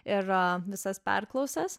ir visas perklausas